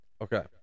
Okay